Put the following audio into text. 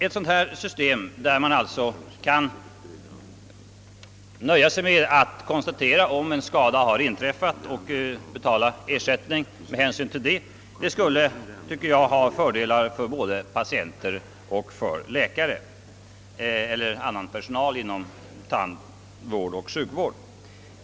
Ett sådant system, där man alltså kan nöja sig med att konstatera om en skada har inträffat och betala ersättning med hänsyn härtill, skulle ha fördelar för både patienter och läkare eller annan personal inom tandoch sjukvård.